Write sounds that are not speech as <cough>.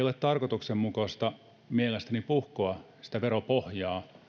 <unintelligible> ole tarkoituksenmukaista mielestäni puhkoa veropohjaa